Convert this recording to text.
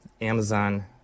Amazon